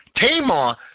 Tamar